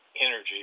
energy